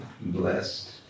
blessed